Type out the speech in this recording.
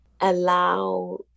allow